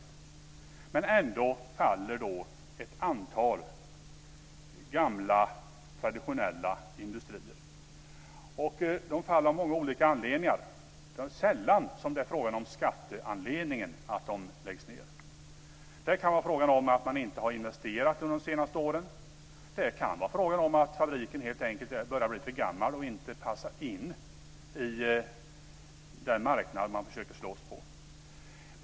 Men ändå faller ett antal gamla, traditionella industrier. De faller av många olika anledningar. Det är sällan fråga om att skatten är anledningen till att de läggs ned. Det kan vara fråga om att man inte har investerat under de senaste åren. Det kan vara fråga om att fabriken helt enkelt börjar bli för gammal och inte passar in i den marknad man försöker slåss på.